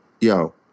Yo